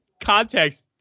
context